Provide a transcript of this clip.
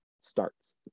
starts